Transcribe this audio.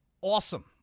awesome